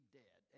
dead